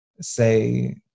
say